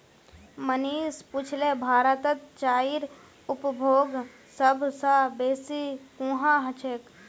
मनीष पुछले भारतत चाईर उपभोग सब स बेसी कुहां ह छेक